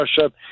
Russia